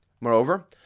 Moreover